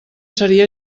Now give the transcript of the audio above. seria